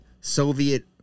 Soviet